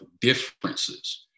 differences